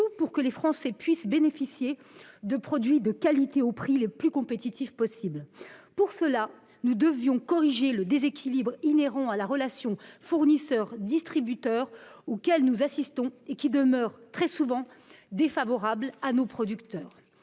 pour que les Français puissent bénéficier de produits de qualité au prix le plus compétitif possible. Pour ce faire, nous devions corriger le déséquilibre inhérent à la relation fournisseurs-distributeurs, qui demeure très souvent défavorable à nos producteurs.